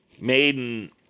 Maiden